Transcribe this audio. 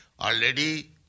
already